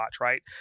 right